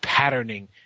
Patterning